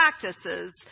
practices